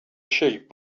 sheep